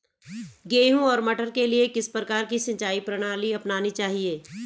गेहूँ और मटर के लिए किस प्रकार की सिंचाई प्रणाली अपनानी चाहिये?